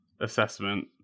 assessment